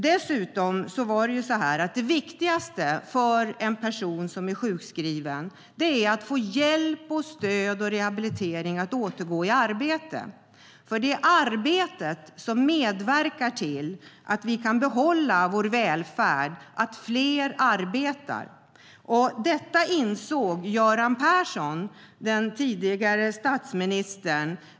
Dessutom är det så att det viktigaste för en person som är sjukskriven är att få hjälp, stöd och rehabilitering för att kunna återgå i arbete. Det är nämligen arbetet som medverkar till att vi kan behålla vår välfärd. Det handlar om att fler arbetar. Detta insåg Göran Persson, den tidigare statsministern.